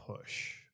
push